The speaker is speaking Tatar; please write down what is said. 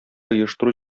оештыру